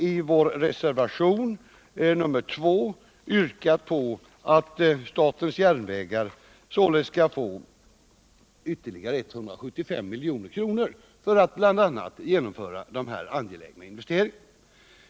I reservationen 2 har vi yrkat på att statens järnvägar skall få ytterligare 175 milj.kr. för att bl.a. genomföra dessa angelägna investeringar.